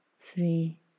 three